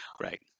Right